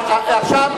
אין לכם דרך,